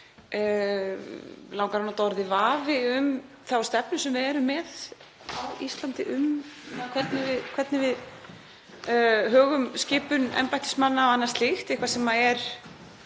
langar að nota það orð, um þá stefnu sem við erum með á Íslandi um hvernig við högum skipun embættismanna og annað slíkt, eitthvað sem er